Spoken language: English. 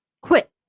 Quit